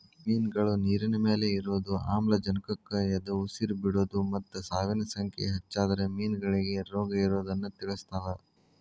ಮಿನ್ಗಳು ನೇರಿನಮ್ಯಾಲೆ ಇರೋದು, ಆಮ್ಲಜನಕಕ್ಕ ಎದಉಸಿರ್ ಬಿಡೋದು ಮತ್ತ ಸಾವಿನ ಸಂಖ್ಯೆ ಹೆಚ್ಚಾದ್ರ ಮೇನಗಳಿಗೆ ರೋಗಇರೋದನ್ನ ತಿಳಸ್ತಾವ